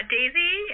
Daisy